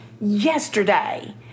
yesterday